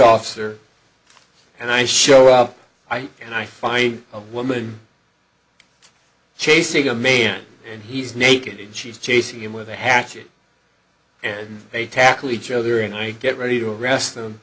officer and i show up i and i find a woman chasing a man and he's naked and she's chasing him with a hatchet and they tackle each other and i get ready to arrest them